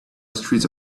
streets